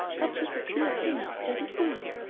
but she's a queer thing, added louise,